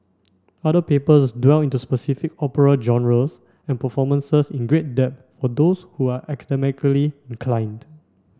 other papers dwell into specific opera genres and performances in great depth for those who are academically inclined